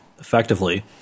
effectively